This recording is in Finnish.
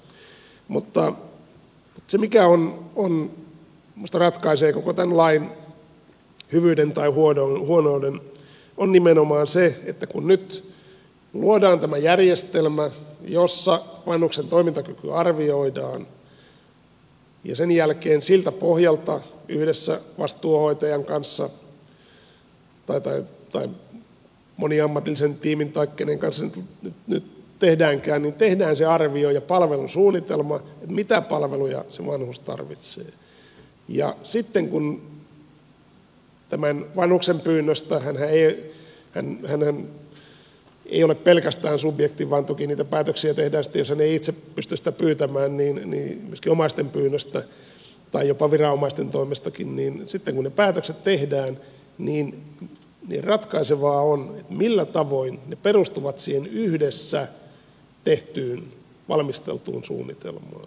mutta se mikä minusta ratkaisee koko tämän lain hyvyyden tai huonouden on nimenomaan se että kun nyt luodaan tämä järjestelmä jossa vanhuksen toimintakyky arvioidaan ja sen jälkeen siltä pohjalta yhdessä vastuuhoitajan kanssa tai moniammatillisen tiimin tai kenen kanssa nyt tehdäänkään tehdään se arvio ja palvelusuunnitelma mitä palveluja se vanhus tarvitsee ja sitten kun tämän vanhuksen pyynnöstä hänhän ei ole pelkästään subjekti vaan toki niitä päätöksiä tehdään sitten jos hän ei itse pysty sitä pyytämään myöskin omaisten pyynnöstä tai jopa viranomaisten toimestakin ne päätökset tehdään niin ratkaisevaa on millä tavoin ne perustuvat siihen yhdessä tehtyyn valmisteltuun suunnitelmaan